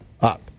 Up